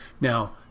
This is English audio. Now